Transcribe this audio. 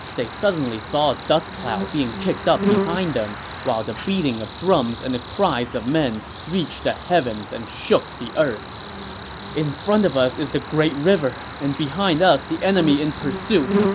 they suddenly saw a dust cloud being kicked up behind them while the beating of drums and the cries of men reached the heavens and shook the earth in front of us is the great river, and behind us, the enemy in pursuit.